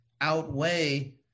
outweigh